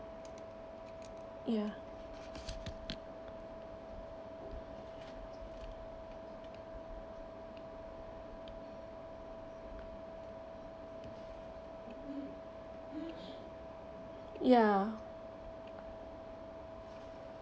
ya ya